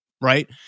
Right